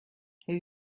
have